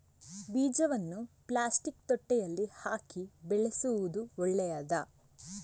ಬೀಜವನ್ನು ಪ್ಲಾಸ್ಟಿಕ್ ತೊಟ್ಟೆಯಲ್ಲಿ ಹಾಕಿ ಬೆಳೆಸುವುದು ಒಳ್ಳೆಯದಾ?